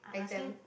exam